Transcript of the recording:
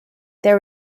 there